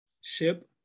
Ship